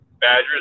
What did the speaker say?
Badgers